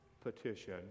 petition